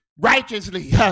righteously